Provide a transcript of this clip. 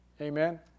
amen